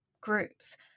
groups